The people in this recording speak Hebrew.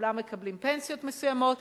כולם מקבלים פנסיות מסוימות,